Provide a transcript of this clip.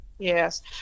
Yes